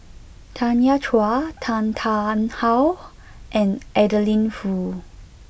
Tanya Chua Tan Tarn How and Adeline Foo